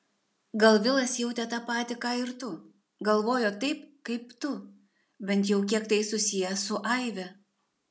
gal vilas jautė tą patį ką ir tu galvojo taip kaip tu bent jau kiek tai susiję su aive